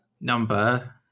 Number